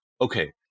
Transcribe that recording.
Okay